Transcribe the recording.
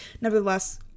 nevertheless